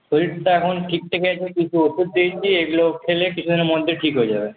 শরীরটা এখন ঠিকঠাকই আছে কিছু ওষুধ দিয়েছি এগুলো খেলে কিছুদিনের মধ্যে ঠিক হয়ে যাবে